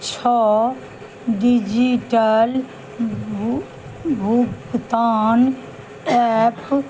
छओ डिजिटल भुगतान एप